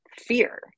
fear